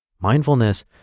Mindfulness